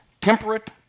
temperate